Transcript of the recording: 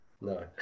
no